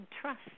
trust